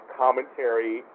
commentary